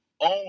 own